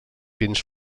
pins